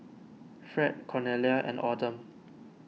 Fred Cornelia and Autumn